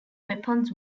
weapons